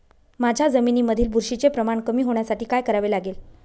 माझ्या जमिनीमधील बुरशीचे प्रमाण कमी होण्यासाठी काय करावे लागेल?